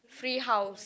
free house